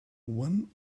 one